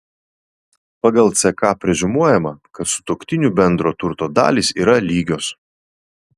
pagal ck preziumuojama kad sutuoktinių bendro turto dalys yra lygios